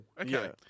Okay